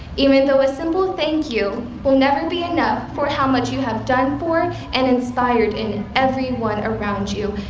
even though a simple thank you will never be enough for how much you have done for and inspired in everyone around you,